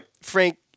Frank –